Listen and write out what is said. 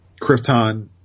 Krypton